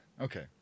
Okay